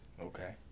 Okay